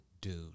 dude